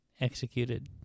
executed